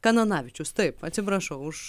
kananavičius taip atsiprašau už